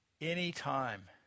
anytime